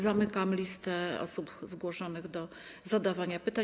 Zamykam listę osób zgłoszonych do zadawania pytań.